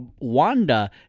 Wanda